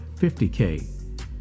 50K